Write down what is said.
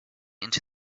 into